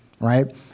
Right